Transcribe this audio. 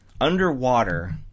underwater